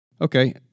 Okay